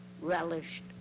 relished